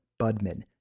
Budman